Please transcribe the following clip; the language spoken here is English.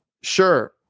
sure